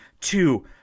two